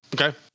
Okay